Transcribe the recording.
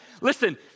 listen